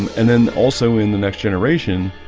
and then also in the next generation